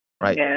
right